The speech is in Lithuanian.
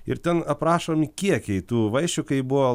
ir ten aprašomi kiekiai tų vaišių kai buvo